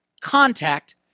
contact